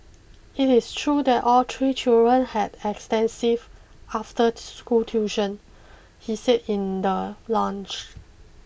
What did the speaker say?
it is true that all three children had extensive after school tuition he said in the launch